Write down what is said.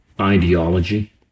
ideology